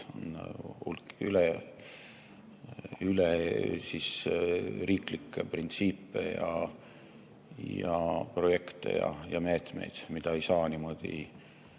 On hulk üleriigilisi printsiipe, projekte ja meetmeid, mida ei saa niimoodi